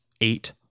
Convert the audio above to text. eight